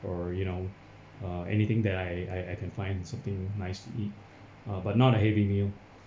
or you know uh anything that I I I can find something nice to eat uh but not a heavy meal